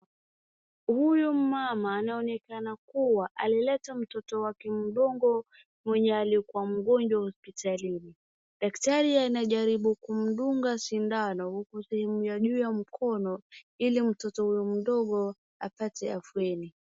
Huyu mmama anaonekana kuwa alileta mtoto wake mdogo mwenye alikuwa mgonjwa hospitalini. Daktari anajaribu kumdunga sindano huku sehemu ya juu ya mkono ili mtoto huyo mdogo apate afueni.